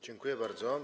Dziękuję bardzo.